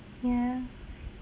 ya